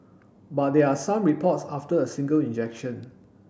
but there are some reports after a single injection